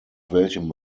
welchem